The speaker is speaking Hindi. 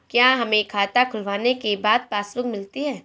क्या हमें खाता खुलवाने के बाद पासबुक मिलती है?